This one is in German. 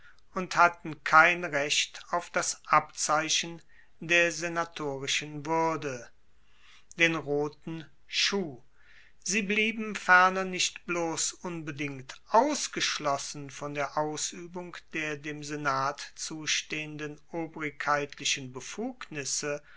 und hatten kein recht auf das abzeichen der senatorischen wuerde den roten schuh sie blieben ferner nicht bloss unbedingt ausgeschlossen von der ausuebung der dem senat zustehenden obrigkeitlichen befugnisse